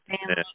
family